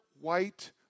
white